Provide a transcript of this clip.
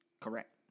Correct